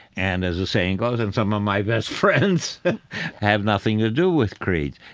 and as the saying goes, and some of my best friends have nothing to do with creeds.